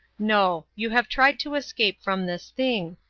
no you have tried to escape from this thing,